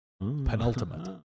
Penultimate